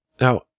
Now